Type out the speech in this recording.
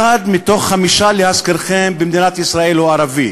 להזכירכם, אחד מכל חמישה במדינת ישראל הוא ערבי,